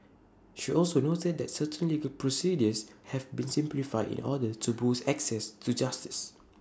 she also noted that certain legal procedures have been simplified in order to boost access to justice